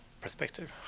perspective